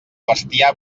bestiar